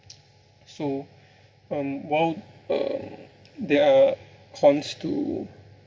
so um while um there are cons to